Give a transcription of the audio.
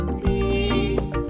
peace